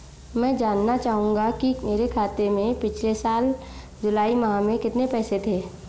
मैं जानना चाहूंगा कि मेरे खाते में पिछले साल जुलाई माह में कितने पैसे थे?